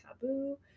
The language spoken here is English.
taboo